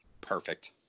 Perfect